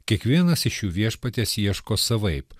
kiekvienas iš jų viešpaties ieško savaip